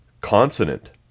Consonant